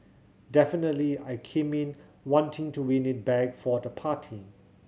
definitely I came in wanting to win it back for the party